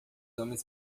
homens